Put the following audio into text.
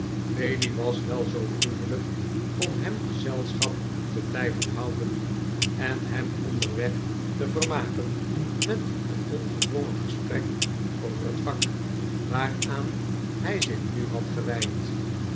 bailey was wel zoo vriendelijk om hem gezelschap te blijven houden en hem onderweg te vermaken met een ongedwongen gesprek over het vak waaraan hij zich nu had gewijd